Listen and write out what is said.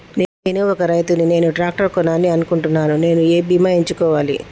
నేను ఒక రైతు ని నేను ట్రాక్టర్ కొనాలి అనుకుంటున్నాను నేను ఏ బీమా ఎంచుకోవాలి?